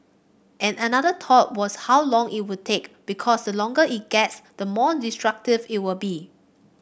and another thought was how long it would take because the longer it gets the more destructive it will be